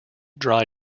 dry